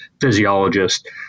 physiologist